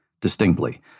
distinctly